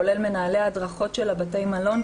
כולל מנהלי ההדרכות של בתי המלון,